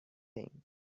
thing